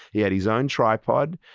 he had his own tripod,